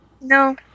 No